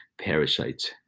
parasites